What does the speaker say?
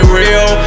real